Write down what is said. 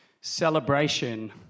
celebration